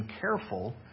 careful